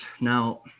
Now